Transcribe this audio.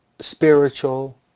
spiritual